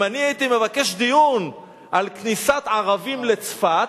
אם אני הייתי מבקש דיון על כניסת ערבים לצפת,